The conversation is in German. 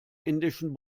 indischen